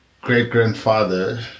great-grandfather